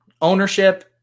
ownership